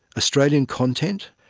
australian content,